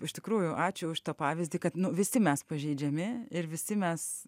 iš tikrųjų ačiū už šitą pavyzdį kad nu visi mes pažeidžiami ir visi mes